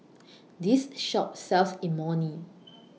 This Shop sells Imoni